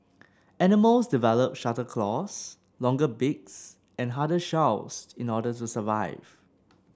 animals develop sharper claws longer beaks and harder shells in order to survive